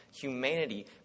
humanity